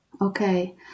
Okay